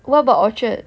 what about orchard